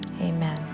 Amen